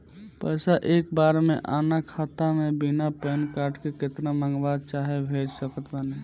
पैसा एक बार मे आना खाता मे बिना पैन कार्ड के केतना मँगवा चाहे भेज सकत बानी?